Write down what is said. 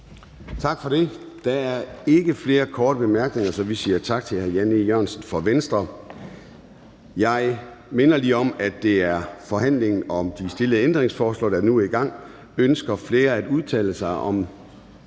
Tak for det. Der er ikke flere korte bemærkninger, så vi siger tak til hr. Jan E. Jørgensen fra Venstre. Jeg minder lige om, at det er forhandlingen om de stillede ændringsforslag, der nu er i gang. Ønsker flere at udtale sig om